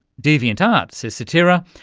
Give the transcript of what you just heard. deviantart, says sotira,